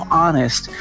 honest